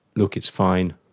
look, it's fine,